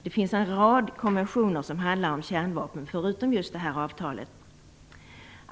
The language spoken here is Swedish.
Det finns en rad konventioner som handlar om kärnvapen förutom det avtalet.